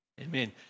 Amen